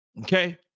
okay